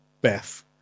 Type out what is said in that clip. Beth